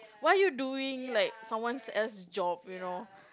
why you doing like someone else job you know